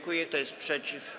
Kto jest przeciw?